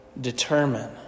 Determine